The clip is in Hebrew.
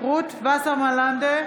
רות וסרמן לנדה,